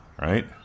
right